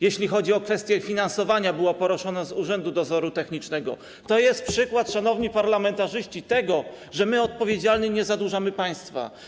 Jeśli chodzi o kwestię finansowania z dochodów Urzędu Dozoru Technicznego, to jest to przykład, szanowni parlamentarzyści, tego, że my odpowiedzialnie nie zadłużamy państwa.